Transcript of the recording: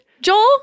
joel